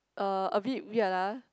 uh a bit weird ah